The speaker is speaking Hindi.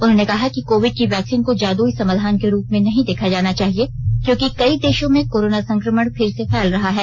उन्होंने कहा कि कोविड की वैक्सीन को जादुई समाधान के रूप में नहीं देखा जाना चाहिए क्योंकि कई देशों में कोरोना संक्रमण फिर से फैल रहा है